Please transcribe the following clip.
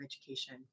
Education